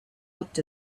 looked